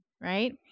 right